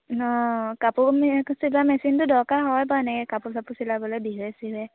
অঁ কাপোৰ চিলোৱা মেচিনটো দৰকাৰ হয় বাৰু এনেকৈ কাপোৰ চাপোৰ চিলাবলৈ বিহুৱে চিহুৱে